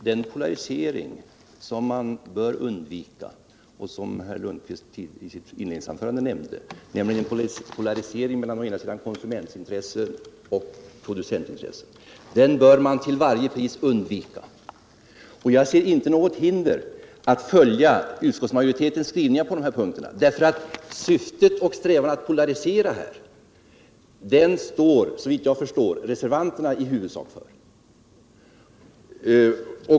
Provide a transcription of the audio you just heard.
Herr talman! Den polarisering som Svante Lundkvist nämnde i sitt inledningsanförande, nämligen polariseringen mellan konsumentintressen och producentintressen, bör man till varje pris undvika. Jag ser inte något hinder att följa utskottets skrivningar på de här punkterna, därför att syftet med och strävan efter att polarisera står, såvitt jag förstår, reservanterna i huvudsak för.